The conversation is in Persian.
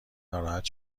ناراحت